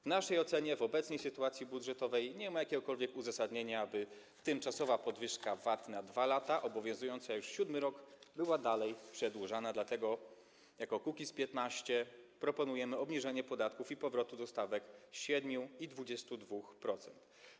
W naszej ocenie w obecnej sytuacji budżetowej nie ma jakiegokolwiek uzasadnienia, aby tymczasowa podwyżka VAT na 2 lata, obowiązująca już siódmy rok, była dalej przedłużana, dlatego jako Kukiz’15 proponujemy obniżenie podatków i powrót do stawek 7% i 22%.